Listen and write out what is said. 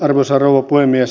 arvoisa puhemies